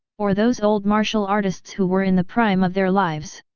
or those old martial artists who were in the prime of their lives.